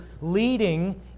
leading